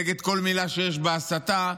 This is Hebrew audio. נגד כל מילה שיש בה הסתה.